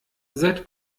seit